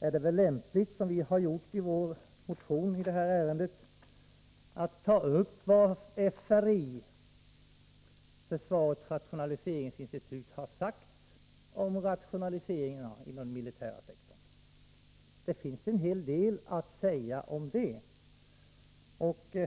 är det väl lämpligt, som vi har gjort i vår motion i det här ärendet, att ta upp vad FRI, försvarets rationaliseringsinstitut, har sagt om rationaliseringarna inom den militära sektorn. Det finns en hel del att säga om detta.